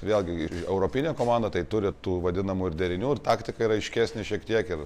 vėlgi ir europinė komanda tai turi tų vadinamų ir derinių ir taktika yra aiškesnė šiek tiek ir